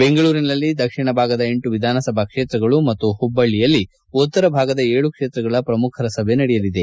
ಬೆಂಗಳೂರಿನಲ್ಲಿ ದಕ್ಷಿಣ ಭಾಗದ ಎಂಟು ವಿಧಾನಸಭಾ ಕ್ಷೇತ್ರಗಳು ಮತ್ತು ಹುಬ್ಬಳ್ಳಿಯಲ್ಲಿ ಉತ್ತರ ಭಾಗದ ಏಳು ಕ್ಷೇತ್ರಗಳ ಪ್ರಮುಖರ ಸಭೆ ನಡೆಯಲಿದೆ